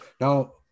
now